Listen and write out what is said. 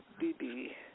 BB